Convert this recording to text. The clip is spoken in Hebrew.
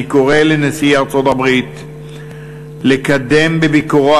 אני קורא לנשיא ארצות-הברית לקדם בביקורו